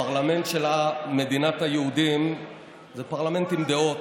הפרלמנט של מדינת היהודים זה פרלמנט עם דעות,